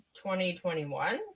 2021